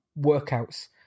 workouts